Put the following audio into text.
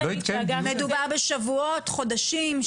מדובר בשבועות, חודשים,